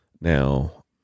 Now